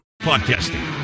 Podcasting